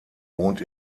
wohnt